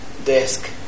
desk